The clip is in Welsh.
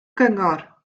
gyngor